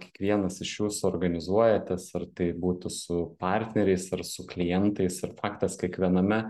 kiekvienas iš jūsų organizuojatės ar tai būtų su partneriais ar su klientais ir faktas kiekviename